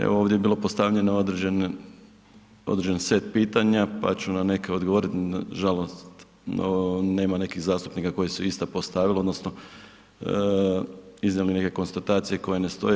Evo ovdje je bilo postavljeno određen, određen set pitanja, pa ću na neke odgovorit, na žalost nema nekih zastupnika koji su ista postavili odnosno iznijeli neke konstatacije koje ne stoje.